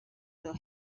will